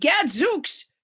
gadzooks